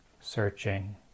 searching